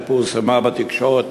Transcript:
וזה פורסם בתקשורת,